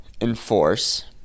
enforce